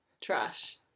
trash